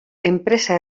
enpresa